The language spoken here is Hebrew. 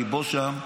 ליבו שם,